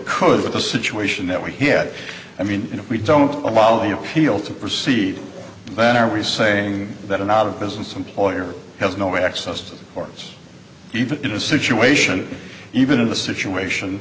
could with the situation that we had i mean you know we don't allow the appeal to proceed but are we saying that an out of business employer has no access to the courts even in a situation even in a situation